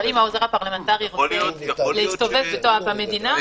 אבל אם העוזר הפרלמנטרי רוצה להסתובב במדינה,